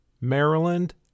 Maryland